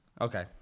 okay